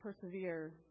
persevere